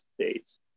states